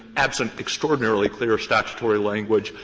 absent extraordinarily clear statutory language,